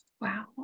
wow